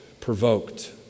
provoked